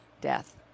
death